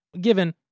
given